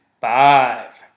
five